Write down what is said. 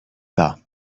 pas